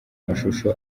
mashusho